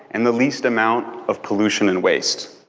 and the least amount of pollution and waste.